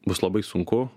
bus labai sunku